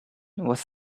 was